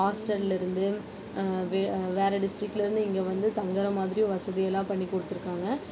ஹாஸ்ட்டலிருந்து வேறு டிஸ்ட்ரிக்ட்லேருந்து இங்கே வந்து தங்கிற மாதிரி வசதியெல்லாம் பண்ணி கொடுத்துருக்காங்க